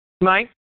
Mike